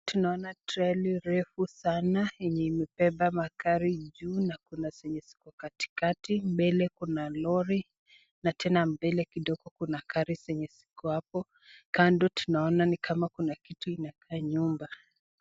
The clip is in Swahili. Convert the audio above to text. Tunaona treli refu sana yenye imebeba magari juu na kuna zenye ziko katikati, mbele kuna lori na tena mbele kidogo kuna gari zenye ziko hapo, kando tunaona ni kama ni kitu inakaa nyumba.